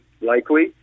likely